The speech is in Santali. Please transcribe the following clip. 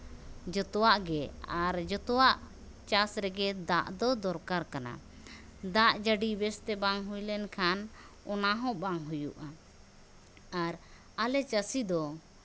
ᱡᱚᱛᱚᱣᱟᱜ ᱜᱮ ᱟᱨ ᱡᱚᱛᱚᱣᱟᱜ ᱪᱟᱥ ᱨᱮᱜᱮ ᱫᱟᱜ ᱫᱚ ᱫᱚᱨᱠᱟᱨ ᱠᱟᱱᱟ ᱫᱟᱜ ᱡᱟᱹᱲᱤ ᱵᱮᱥᱛᱮ ᱵᱟᱝ ᱦᱩᱭ ᱞᱮᱱᱠᱷᱟᱱ ᱚᱱᱟ ᱦᱚᱸ ᱵᱟᱝ ᱦᱩᱭᱩᱜᱼᱟ ᱟᱨ ᱟᱞᱮ ᱪᱟᱹᱥᱤ ᱫᱚ